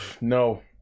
No